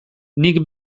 nik